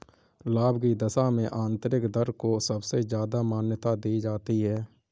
लाभ की दशा में आन्तरिक दर को सबसे ज्यादा मान्यता दी जाती है